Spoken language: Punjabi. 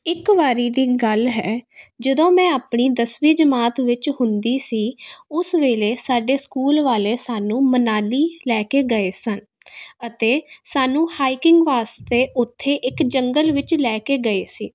ਇੱਕ ਵਾਰ ਦੀ ਗੱਲ ਹੈ ਜਦੋਂ ਮੈਂ ਆਪਣੀ ਦਸਵੀਂ ਜਮਾਤ ਵਿੱਚ ਹੁੰਦੀ ਸੀ ਉਸ ਵੇਲੇ ਸਾਡੇ ਸਕੂਲ ਵਾਲੇ ਸਾਨੂੰ ਮਨਾਲੀ ਲੈ ਕੇ ਗਏ ਸਨ ਅਤੇ ਸਾਨੂੰ ਹਾਈਕਿੰਗ ਵਾਸਤੇ ਉੱਥੇ ਇੱਕ ਜੰਗਲ ਵਿੱਚ ਲੈ ਕੇ ਗਏ ਸੀ